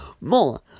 more